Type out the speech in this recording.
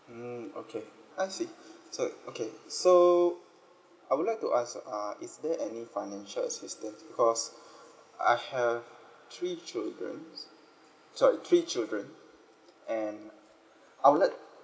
mm okay I see so okay so I would like to ask uh is there any financial assistance because I have three childrens sorry three children and I would like